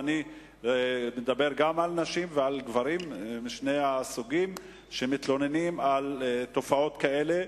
ואני מדבר גם על נשים וגם על גברים שמתלוננים על תופעות כאלה,